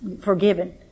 forgiven